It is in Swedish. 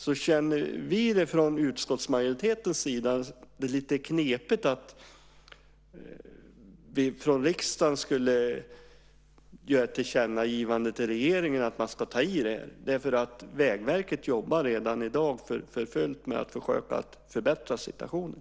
Då tycker vi i utskottsmajoriteten att det är lite knepigt om riksdagen ska göra ett tillkännagivande till regeringen om att man ska ta tag i detta. Vägverket jobbar redan i dag för fullt med att försöka förbättra situationen.